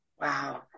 Wow